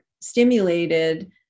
stimulated